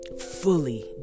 fully